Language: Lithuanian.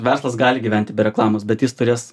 verslas gali gyventi be reklamos bet jis turės